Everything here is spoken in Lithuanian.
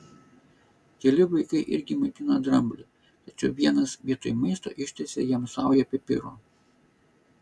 keli vaikai irgi maitino dramblį tačiau vienas vietoj maisto ištiesė jam saują pipirų